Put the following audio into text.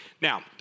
Now